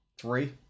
three